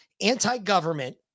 anti-government